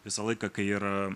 visą laiką kai yra